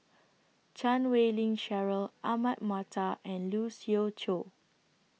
Chan Wei Ling Cheryl Ahmad Mattar and Lee Siew Choh